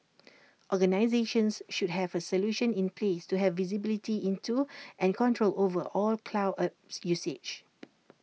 organisations should have A solution in place to have visibility into and control over all cloud apps usage